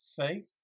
faith